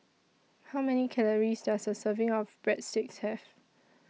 How Many Calories Does A Serving of Breadsticks Have